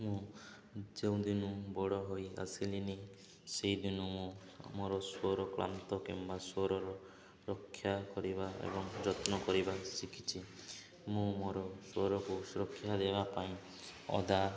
ମୁଁ ଯେଉଁଦିନୁ ବଡ଼ ହୋଇ ଆସିଲିନି ସେଇଦିନୁ ମୁଁ ମୋର ସ୍ୱର କ୍ଳାନ୍ତ କିମ୍ବା ସ୍ୱରର ରକ୍ଷା କରିବା ଏବଂ ଯତ୍ନ କରିବା ଶିଖିଛି ମୁଁ ମୋର ସ୍ୱରକୁ ସୁରକ୍ଷା ଦେବା ପାଇଁ ଅଦା